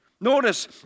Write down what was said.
Notice